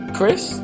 Chris